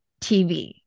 TV